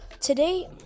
today